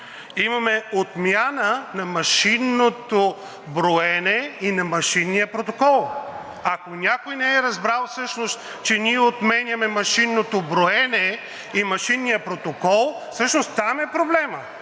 имаме отмяна на машинното броене и на машинния протокол! Ако някой не е разбрал всъщност, че ние отменяме машинното броене и машинния протокол, всъщност там е проблемът,